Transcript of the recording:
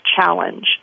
challenge